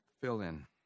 fill-in